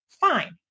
Fine